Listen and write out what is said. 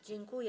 Dziękuję.